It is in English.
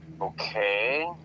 Okay